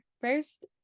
first